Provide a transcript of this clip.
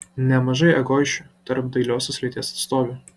nemažai egoisčių tarp dailiosios lyties atstovių